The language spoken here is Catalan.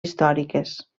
històriques